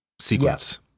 sequence